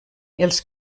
els